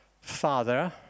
Father